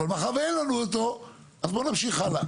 אבל מאחר ואין לנו אותו אז בוא נמשיך הלאה.